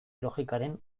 logikaren